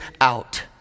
out